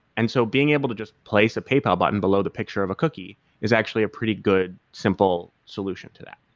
and so being able to just place a paypal button below the picture of a cookie is actually a pretty good simple solution to that.